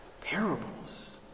Parables